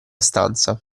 stanza